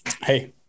Hey